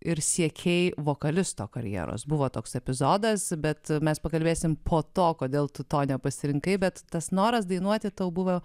ir siekiai vokalisto karjeros buvo toks epizodas bet mes pakalbėsime po to kodėl tu to nepasirinkai bet tas noras dainuoti tau buvo